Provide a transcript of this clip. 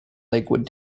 lakewood